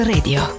Radio